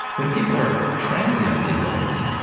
when people are transiently lonely,